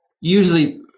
usually